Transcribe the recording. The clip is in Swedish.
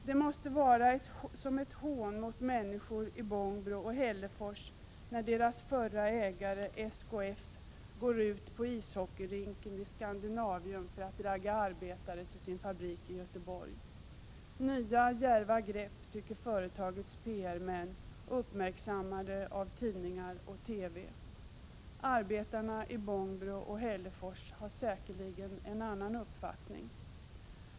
Det måste vara som ett hån mot människor i Bångbro och Hällefors när deras förre ägare SKF går ut på ishockeyrinken i Scandinavium för att ragga arbetare till sin fabrik i Göteborg. Nya djärva grepp, tycker företagets PR-män uppmärksammade av tidningar och TV. Arbetarna i Bångbro och Hällefors har säkerligen en annan uppfattning.